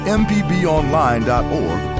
mpbonline.org